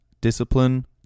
discipline